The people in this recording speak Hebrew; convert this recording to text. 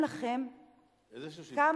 יש